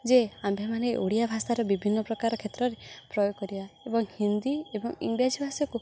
ଯେ ଆମ୍ଭେମାନେ ଓଡ଼ିଆ ଭାଷାର ବିଭିନ୍ନ ପ୍ରକାର କ୍ଷେତ୍ରରେ ପ୍ରୟୋଗ କରିବା ଏବଂ ହିନ୍ଦୀ ଏବଂ ଇଂରାଜୀ ଭାଷାକୁ